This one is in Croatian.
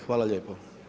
Hvala lijepo.